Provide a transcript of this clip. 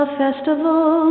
festival